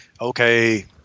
okay